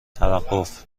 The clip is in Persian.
توقف